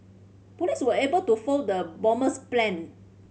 police were able to foil the bomber's plan